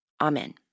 Amen